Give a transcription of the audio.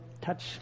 touch